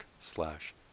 slash